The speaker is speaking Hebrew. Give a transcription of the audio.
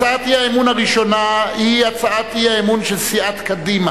הצעת אי-האמון הראשונה היא הצעת האי-אמון של סיעת קדימה,